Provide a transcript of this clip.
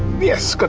yes! got